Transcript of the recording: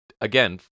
Again